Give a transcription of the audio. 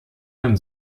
einem